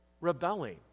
rebelling